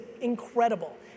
incredible